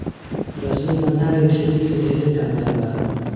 रजनीगंधा के खेती से ढेरे कमाई बा